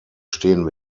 stehen